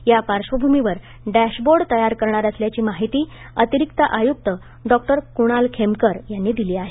या पार्श्वभूमीवर डॅशबोर्ड तयार करणार असल्याची माहिती अतिरिक्त आयुक्त डॉक्टर कृणाल खेमनार यांनी दिली आहे